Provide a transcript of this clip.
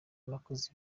nakoze